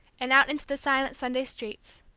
and out into the silent sunday streets.